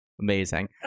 Amazing